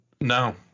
No